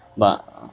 but